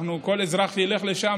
כל אזרח ילך לשם,